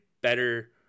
better